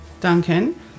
Duncan